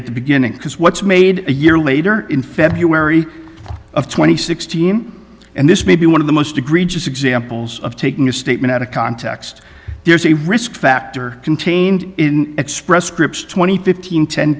at the beginning because what's made a year later in february of twenty sixteen and this may be one of the most egregious examples of taking a statement out of context there's a risk factor contained in express scripts twenty fifteen ten